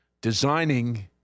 designing